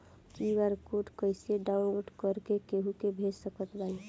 QR code कइसे download कर के केहु के भेज सकत बानी?